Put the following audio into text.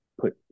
put